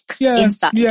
inside